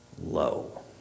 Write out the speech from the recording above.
low